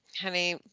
honey